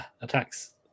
attacks